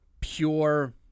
pure